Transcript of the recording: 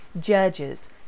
Judges